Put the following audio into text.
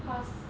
cause